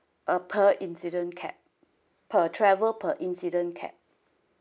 uh per incident cap per travel per incident cap